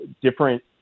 different